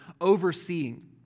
overseeing